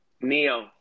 Neo